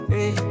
Hey